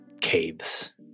caves